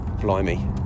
blimey